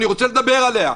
אני רוצה לדבר עליה.